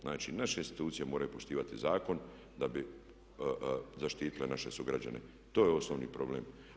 Znači naše institucije moraju poštivati zakon da bi zaštitile naš sugrađane, to je osnovni problem.